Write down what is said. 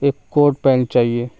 ایک coat pant چاہیے